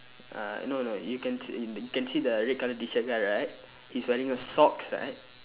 uh no no you can see you can see the red colour T-shirt guy right he's wearing a socks right